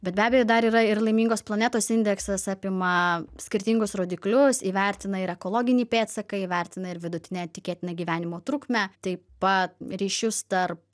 bet be abejo dar yra ir laimingos planetos indeksas apima skirtingus rodiklius įvertina ir ekologinį pėdsaką įvertina ir vidutinę tikėtiną gyvenimo trukmę taip pat ryšius tarp